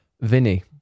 Vinny